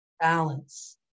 balance